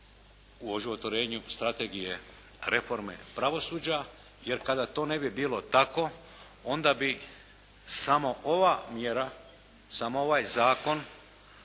u oživotvorenju strategije reforme pravosuđa. Jer kada to ne bi bilo tako onda bi samo ova mjera, samo ovaj Zakon